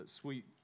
sweet